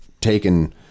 taken